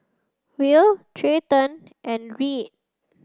Will Treyton and Reed